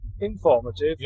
informative